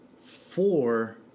four